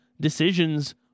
decisions